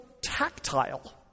tactile